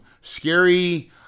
scary